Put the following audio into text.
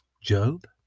job